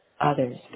others